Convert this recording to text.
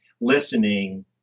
listening